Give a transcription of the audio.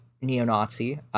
neo-Nazi